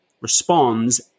responds